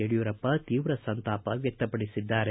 ಯಡಿಯೂರಪ್ಪ ತೀವ್ರ ಸಂತಾಪ ವ್ಯಕ್ತ ಪಡಿಸಿದ್ದಾರೆ